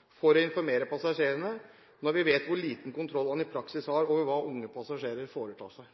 for trafikkdrap og fratas levebrødet dersom sjåføren har gjort alt han kan for å informere passasjerene, når vi vet hvor liten kontroll han i praksis har over hva unge passasjerer foretar seg?»